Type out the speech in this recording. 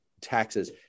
taxes